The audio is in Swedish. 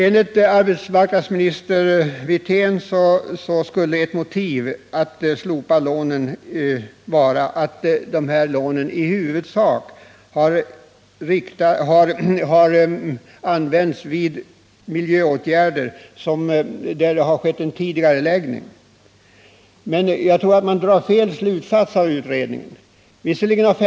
Enligt arbetsmarknadsministern Wirtén skulle ett motiv för att slopa lånen Nr 115 vara att de i huvudsak har använts för sådana miljöförbättrande åtgärder som Onsdagen den hartidigarelagts. Men jag tror att man drar en felaktig slutsats av utredningen 28 mars 1979 därvidlag.